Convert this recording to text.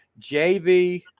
JV